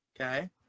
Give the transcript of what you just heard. Okay